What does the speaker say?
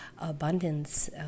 abundance